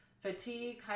fatigue